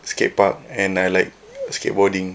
skatepark and I like skateboarding